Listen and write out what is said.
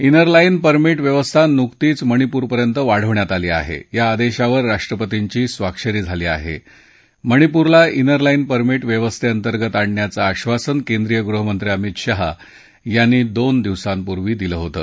inner line permit व्यवस्था नुकतीच मणिपूरपर्यंत वाढवण्यात आली आहा आद्यावर राष्ट्रपतींची स्वाक्षरी झाली आहा क्षेणिपूरला इनर लाईन परमिट व्यवस्थछ्तिर्गत आणण्याचं आश्वासन केंद्रीय गृहमंत्री अमित शहा यांनी दोन दिवसांपूर्वी दिलं होतं